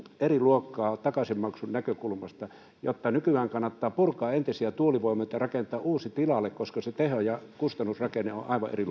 eri luokkaa takaisinmaksun näkökulmasta joten nykyään kannattaa purkaa entisiä tuulivoimaloita ja rakentaa uusi tilalle koska se teho ja kustannusrakenne on aivan eri